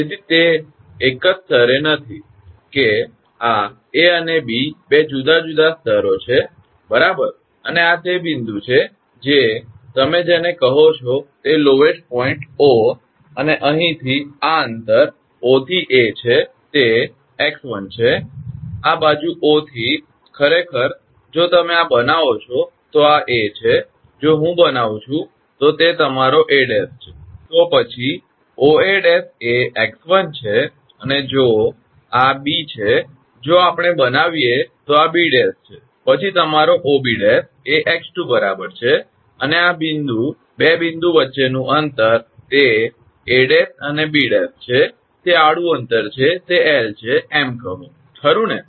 તેથી તે એક જ સ્તરે નથી કે આ 𝐴 અને 𝐵 બે જુદા જુદા સ્તરો છેબરાબર અને આ તે બિંદુ છે જે તમે જેને કહો છો તે નિમ્ન બિંદુ 𝑂 અને અહીંથી આ અંતર 𝑂 થી 𝐴 છે તે 𝑥1 છે અને આ બાજુ 𝑂 થી ખરેખર જો તમે આ બનાવો છો તો આ 𝐴 છે જો હું બનાવું છું તો તે તમારો 𝐴′ છે તો પછી 𝑂𝐴′ એ 𝑥1 છે અને જો આ 𝐵 છે જો આપણે બનાવીએ તો આ 𝐵′ છે પછી તમારો 𝑂𝐵 એ 𝑥2 બરાબર છે અને આ બે બિંદુ વચ્ચેનું અંતર તે 𝐴′ અને 𝐵′ છે તે આડું અંતર છે તે 𝐿 છે એમ કહો ખરુ ને